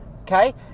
Okay